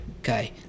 Okay